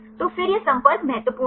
तो फिर ये संपर्क महत्वपूर्ण हैं